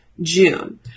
June